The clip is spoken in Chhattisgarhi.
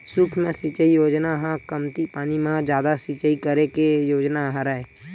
सुक्ष्म सिचई योजना ह कमती पानी म जादा सिचई करे के योजना हरय